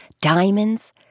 Diamonds